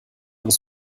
muss